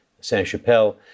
Saint-Chapelle